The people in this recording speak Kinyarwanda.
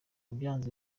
byanze